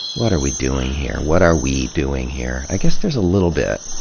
what are we doing here? what are we doing here? i guess there's a little bit.